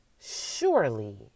surely